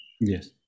yes